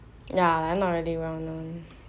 ya like not really well known